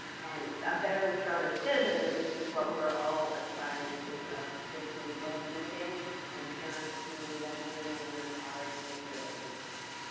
and a better and stronger citizenry which is what we're all aspiring to of kids who love reading and parents who love learning and are empowered to make sure their kids can.